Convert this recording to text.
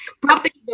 Property